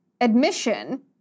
admission